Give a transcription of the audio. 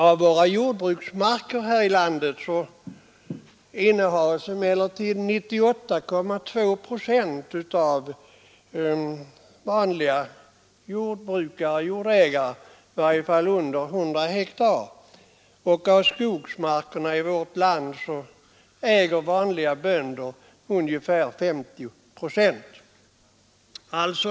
Av våra jordbruksmarker innehas emellertid 98,2 procent av vanliga jordbrukare, dvs. jordägare som har i varje fall under 100 hektar, och av skogsmarkerna i vårt land äger vanliga bönder ungefär 50 procent.